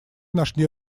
нашли